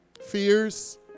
fears